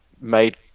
made